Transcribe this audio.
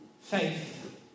Faith